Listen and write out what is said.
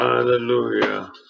Hallelujah